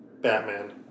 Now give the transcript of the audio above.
Batman